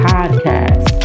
Podcast